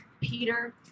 Peter